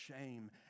shame